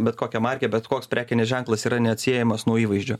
bet kokia markė bet koks prekinis ženklas yra neatsiejamas nuo įvaizdžio